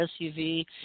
SUV